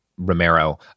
Romero